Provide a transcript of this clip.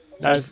No